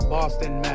Boston